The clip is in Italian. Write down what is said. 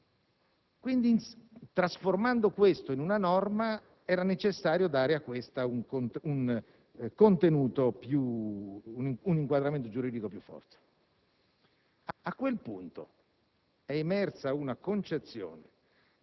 recitano un ruolo fondamentale tra le parti. Quindi, trasformando questo in una norma, era necessario dare a questa un contenuto, un inquadramento giuridico più forte.